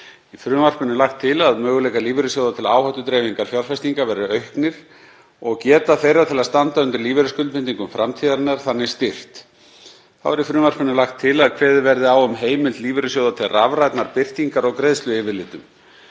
Í frumvarpinu er lagt til að möguleikar lífeyrissjóða til áhættudreifingar fjárfestinga verði auknir og geta þeirra til að standa undir lífeyrisskuldbindingum framtíðarinnar þannig styrkt. Þá er í frumvarpinu lagt til að kveðið verði á um heimild lífeyrissjóða til rafrænnar birtingar á greiðsluyfirlitum